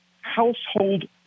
household